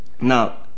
Now